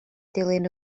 dilyn